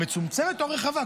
המצומצמת או הרחבה,